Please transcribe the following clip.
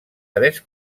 tres